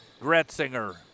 Gretzinger